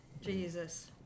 Jesus